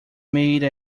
made